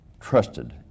trusted